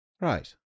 Right